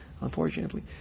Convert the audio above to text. Unfortunately